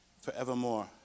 forevermore